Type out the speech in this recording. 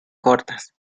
cortas